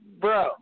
Bro